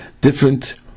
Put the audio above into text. different